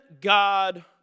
God